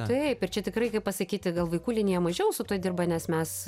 taip ir čia tikrai kaip pasakyti gal vaikų linija mažiau su tuo dirba nes mes